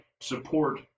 support